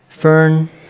Fern